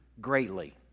greatly